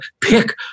pick